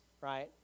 right